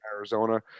Arizona